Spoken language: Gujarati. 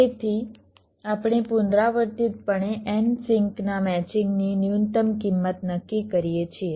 તેથી આપણે પુનરાવર્તિતપણે N સિંકનાં મેચિંગની ન્યૂનતમ કિંમત નક્કી કરીએ છીએ